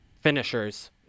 finishers